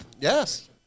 Yes